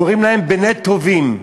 קוראים להם "בני טובים",